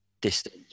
distance